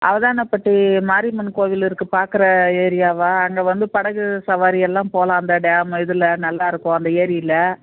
அவதானப்பட்டி மாரியம்மன் கோயில் இருக்குது பார்க்குற ஏரியாவாக அங்கே வந்து படகு சவாரி எல்லாம் போகலாம் அந்த டேமு இதில் நல்லா இருக்கும் அந்த ஏரியில்